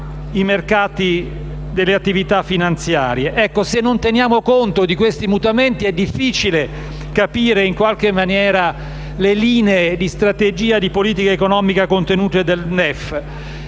Se non teniamo conto di questi mutamenti è difficile capire le linee di strategia di politica economica contenute nel DEF.